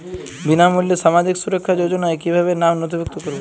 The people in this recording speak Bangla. বিনামূল্যে সামাজিক সুরক্ষা যোজনায় কিভাবে নামে নথিভুক্ত করবো?